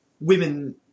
women